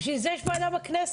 בשביל זה יש ועדה בכנסת.